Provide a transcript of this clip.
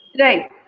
Right